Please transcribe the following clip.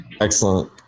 excellent